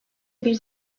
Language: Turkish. bir